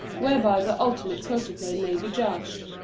whereby the ultimate photoplay may be judged.